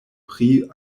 pri